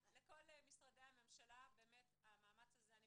כי המוחות האלה רצים הרבה יותר מהר ממך,